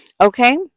Okay